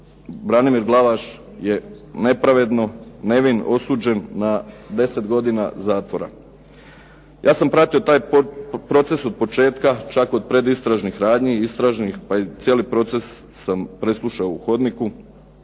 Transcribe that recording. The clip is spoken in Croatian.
Branimir Glavaš je nepravedno, nevin osuđen na 10 godina zatvora. Ja sam pratio taj proces od početka čak od pred istražnih radnji, istražnih pa i cijeli proces sam preslušao u hodniku